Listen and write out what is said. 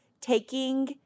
taking